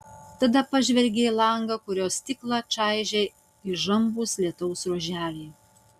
tada pažvelgė į langą kurio stiklą čaižė įžambūs lietaus ruoželiai